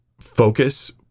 focus